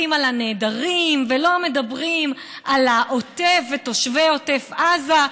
על הנעדרים ולא מדברים על העוטף ותושבי עוטף עזה.